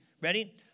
Ready